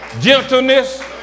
gentleness